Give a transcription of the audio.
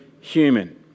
human